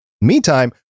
Meantime